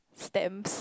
stamps